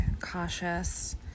cautious